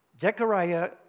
Zechariah